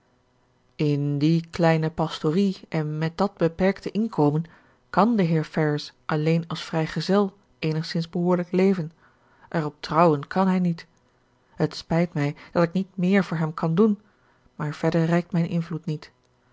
in die kleine pastorie en met dat beperkte inkomen kàn de heer ferrars alleen als vrijgezel eenigszins behoorlijk leven erop trouwen kan hij niet het spijt mij dat ik niet meer voor hem kan doen maar verder reikt mijn invloed niet